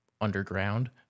underground